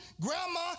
grandma